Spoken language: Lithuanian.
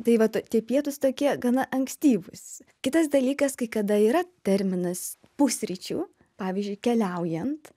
tai vat tie pietūs tokie gana ankstyvūs kitas dalykas kai kada yra terminas pusryčių pavyzdžiui keliaujant